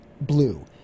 blue